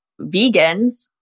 vegans